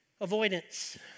Avoidance